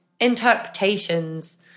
interpretations